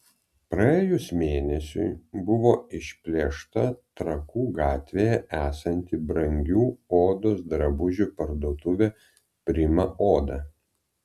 praėjus mėnesiui buvo išplėšta trakų gatvėje esanti brangių odos drabužių parduotuvė prima oda